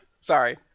Sorry